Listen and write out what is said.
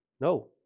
No